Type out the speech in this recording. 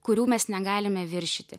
kurių mes negalime viršyti